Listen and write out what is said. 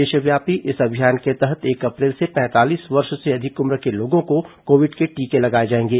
देशव्यापी इस अभियान के तहत एक अप्रैल से पैंतालीस वर्ष से अधिक उम्र के लोगों को कोविड के टीके लगाए जाएंगे